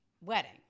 wedding